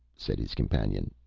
said his companion.